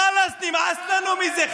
חלאס, נמאס לנו מזה.